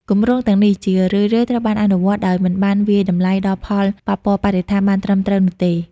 គម្រោងទាំងនេះជារឿយៗត្រូវបានអនុវត្តដោយមិនបានវាយតម្លៃដល់ផលប៉ះពាល់បរិស្ថានបានត្រឹមត្រូវនោះទេ។